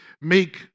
make